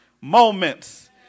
moments